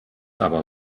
aber